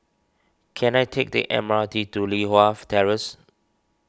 can I take the M R T to Li Hwan Terrace